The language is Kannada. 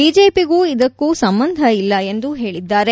ಬಿಜೆಪಿಗೂ ಇದಕ್ಕೂ ಸಂಬಂಧ ಇಲ್ಲ ಎಂದು ಹೇಳಿದ್ದಾರೆ